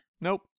nope